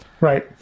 Right